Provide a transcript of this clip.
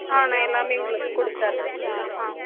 ஆ நான் எல்லாமே உங்களுக்கு கொடுத்துட்றேன் ஆ